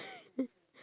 okay